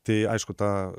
tai aišku ta